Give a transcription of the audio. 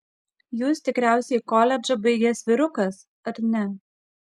jūs tikriausiai koledžą baigęs vyrukas ar ne